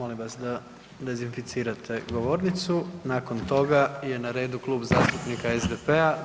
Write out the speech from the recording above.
Molim vas da dezinficirate govornicu, nakon toga je na redu Klub zastupnika SDP-a.